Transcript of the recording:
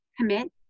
Commit